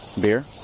Beer